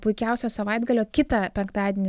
puikiausio savaitgalio kitą penktadienį